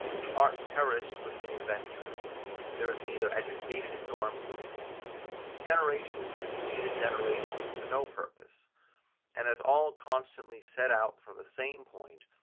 the art perished with the inventor there was neither education nor improvement generations succeeded generations to no purpose and as all constantly set out from the same point,